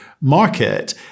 market